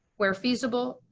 where feasible,